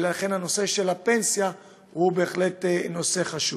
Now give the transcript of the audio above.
ולכן, הנושא של הפנסיה הוא בהחלט נושא חשוב.